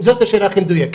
זאת השאלה הכי מדויקת.